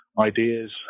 ideas